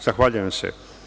Zahvaljujem se.